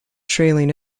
trailing